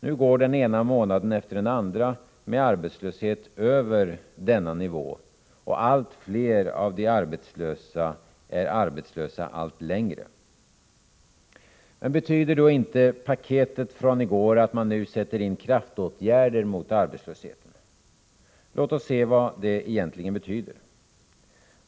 Nu går den ena månaden efter den andra med arbetslöshet över denna nivå, och fler och fler är arbetslösa allt längre. Betyder då inte paketet från i går att man nu sätter in kraftåtgärder mot arbetslösheten? Låt oss se vad det egentligen betyder.